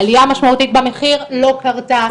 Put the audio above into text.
העלייה המשמעותית במחיר לא קרתה.